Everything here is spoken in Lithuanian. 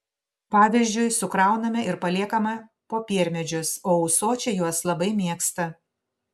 pavyzdžiui sukrauname ir paliekame popiermedžius o ūsočiai juos labai mėgsta